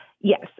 Yes